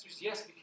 Yes